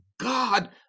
God